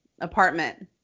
apartment